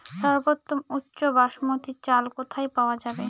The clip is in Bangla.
সর্বোওম উচ্চ বাসমতী চাল কোথায় পওয়া যাবে?